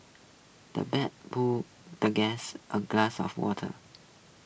the butler poured the guest A glass of water